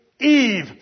Eve